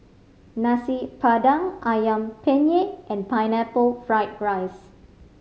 Nasi Padang Ayam Penyet and Pineapple Fried rice